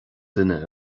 duine